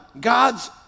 God's